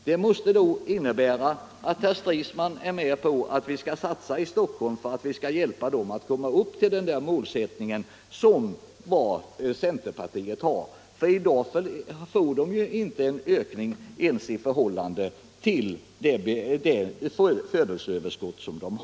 Det måste innebära att herr Stridsman är med på att vi skall satsa på Stockholm för att hjälpa Stockholm att komma upp till den målsättning som centerpartiet har. I dag motsvarar ju inte ökningen ens födelseöverskottet.